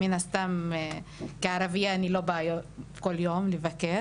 מן הסתם כערבייה אני לא באה בכל יום לבקר,